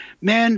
men